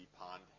pond